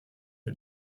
the